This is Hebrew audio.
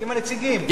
עם הנציגים.